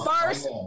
first